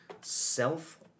self